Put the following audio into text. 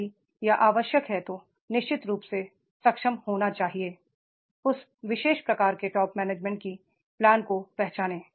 यदि यह आवश्यक है तो निश्चित रूप से सक्षम होना चाहिए उस विशेष प्रकार के टॉप मैनेजमेंट की प्लान को पहचानें